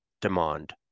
demand